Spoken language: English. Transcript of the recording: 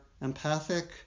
empathic